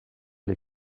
les